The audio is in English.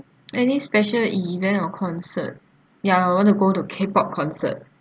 any special event or concert ya I want to go to k-pop concert